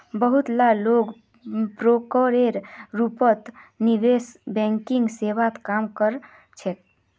बहुत ला लोग ब्रोकरेर रूपत निवेश बैंकिंग सेवात काम कर छेक